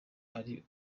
ari